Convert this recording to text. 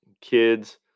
kids